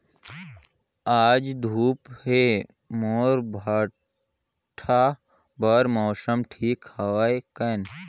आज धूप हे मोर भांटा बार मौसम ठीक हवय कौन?